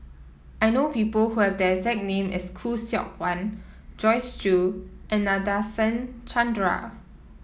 I know people who have the exact name as Khoo Seok Wan Joyce Jue and Nadasen Chandra